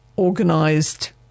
organised